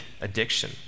addiction